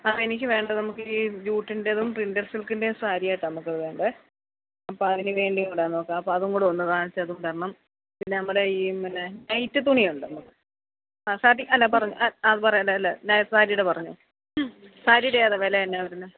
ആ എനിക്ക് വേണ്ടത് നമുക്കീ ജൂട്ടിൻ്റെതും പ്രിൻ്റഡ് സിൽക്കിൻ്റെ സാരിയാട്ടാ നമുക്ക് വേണ്ടെ അപ്പോള് അതിനുവേണ്ടിയും കൂടെ നോക്കാം അപ്പോള് അതും കൂടൊന്ന് കാണിച്ചു തരണം പിന്നെ നമ്മുടെ ഈ പിന്നെ നൈറ്റിത്തുണിയുണ്ടോ നമുക്ക് ആ സാരിക്കല്ല ആ പറഞ്ഞോ ആ ആ പറ അല്ലെ നൈറ്റ് സാരിയുടെ പറഞ്ഞോ സാരിയുടെ ഏതാ വില എന്നാവരുന്നെ